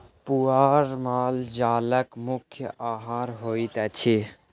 पुआर माल जालक मुख्य आहार होइत अछि